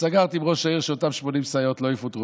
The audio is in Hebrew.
סגרתי עם ראש העיר שאותן 80 סייעות לא יפוטרו,